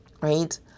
right